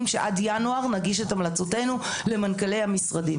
שעד ינואר נגיש את המלצותינו למנכ"לי המשרדים.